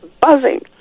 buzzing